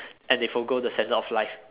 and they forgo the standard of life